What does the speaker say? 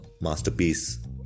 masterpiece